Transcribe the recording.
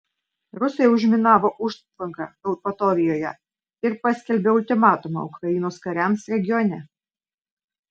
rusai užminavo užtvanką eupatorijoje ir paskelbė ultimatumą ukrainos kariams regione